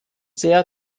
sehr